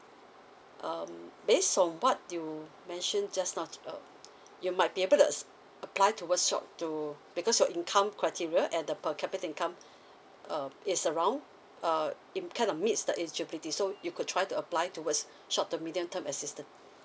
um based on what you mention just now uh you might be able to apply towards short to because your income criteria and the per capita income uh is around uh it kind of meets the eligibility so you could try to apply towards short to medium term assistance